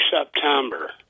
September